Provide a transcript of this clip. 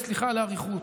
וסליחה על האריכות,